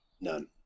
None